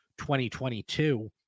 2022